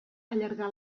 allargar